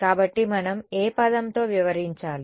కాబట్టి మనం ఏ పదంతో వ్యవహరించాలి